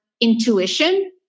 intuition